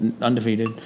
undefeated